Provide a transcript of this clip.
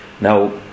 Now